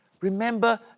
Remember